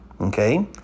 Okay